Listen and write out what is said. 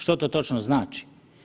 Što to točno znači?